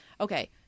okay